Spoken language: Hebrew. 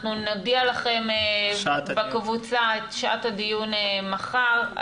אנחנו נודיע לכם בקבוצה את שעת הדיון מחר.